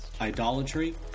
idolatry